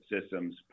systems